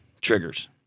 triggers